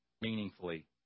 meaningfully